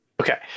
Okay